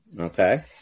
Okay